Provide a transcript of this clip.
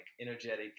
energetic